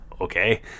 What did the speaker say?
Okay